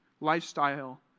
lifestyle